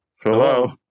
Hello